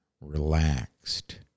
relaxed